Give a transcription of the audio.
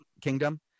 Kingdom